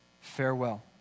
Farewell